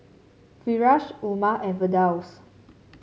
Firash Umar and Firdaus